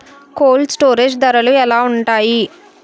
Cold storage ధరలు ఎలా ఉంటాయి?